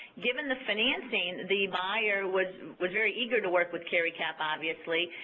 given the financing, the buyer was was very eager to work with caricap, obviously.